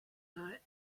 night